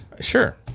Sure